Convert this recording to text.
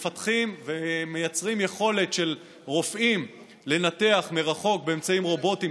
ומייצרים יכולת לרופאים לנתח מרחוק באמצעים רובוטיים,